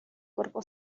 cuerpo